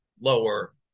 lower